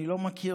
אני לא מכיר,